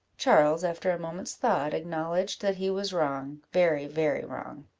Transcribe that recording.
charles, after a moment's thought, acknowledged that he was wrong, very, very wrong.